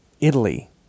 Italy